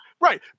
right